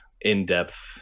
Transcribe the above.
in-depth